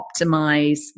optimize